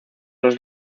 los